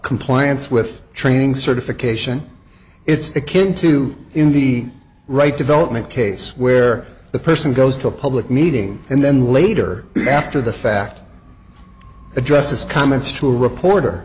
compliance with training certification it's a kin to in the right development case where the person goes to a public meeting and then later after the fact address his comments to a reporter